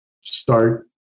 Start